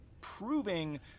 proving